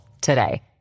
today